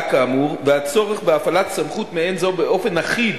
כאמור והצורך בהפעלת סמכות מעין זו באופן אחיד,